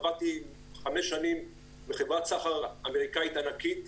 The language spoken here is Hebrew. עבדתי חמש שנים בחברת סחר אמריקאית ענקית.